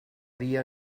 dia